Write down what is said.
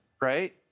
Right